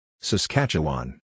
Saskatchewan